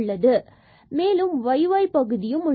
மேலும் yy பகுதியும் உள்ளது